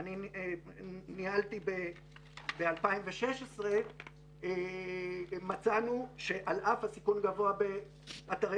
שאני ניהלתי ב-2016 מצאנו שעל אף הסיכון הגבוה באתרי